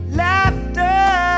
laughter